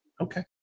Okay